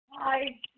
Hi